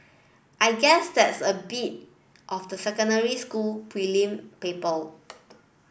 I guess that's a bit of the secondary school prelim people